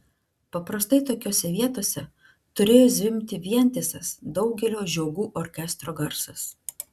paprastai tokiose vietose turėjo zvimbti vientisas daugelio žiogų orkestro garsas